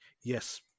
yes